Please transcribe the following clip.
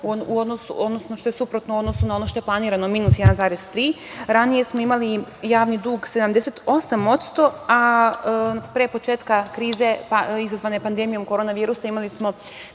BDP-a +1,2%, što je suprotno u odnosu na ono što je planirano -1,3%.Ranije smo imali javni dug 78%, a pre početka krize izazvane pandemijom korona virusa, imali smo